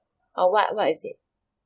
uh what what is it